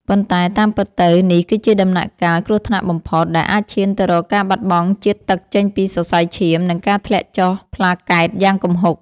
ប៉ុន្តែតាមពិតទៅ នេះគឺជាដំណាក់កាល គ្រោះថ្នាក់បំផុត ដែលអាចឈានទៅរកការបាត់បង់ជាតិទឹកចេញពីសរសៃឈាម និងការធ្លាក់ចុះប្លាកែតយ៉ាងគំហុក។